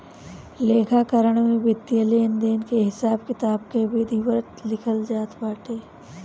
लेखाकरण में वित्तीय लेनदेन के हिसाब किताब के विधिवत लिखल जात बाटे